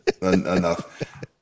enough